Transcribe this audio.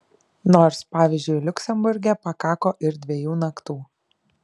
nors pavyzdžiui liuksemburge pakako ir dviejų naktų